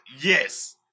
Yes